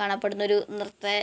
കാണാപ്പെടുന്ന ഒരു നിർത്തേ